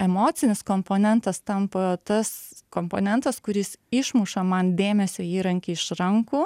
emocinis komponentas tampa tas komponentas kuris išmuša man dėmesio įrankį iš rankų